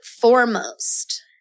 foremost